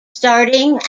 starting